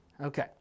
Okay